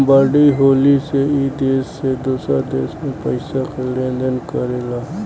बड़ी हाली से ई देश से दोसरा देश मे पइसा के लेन देन करेला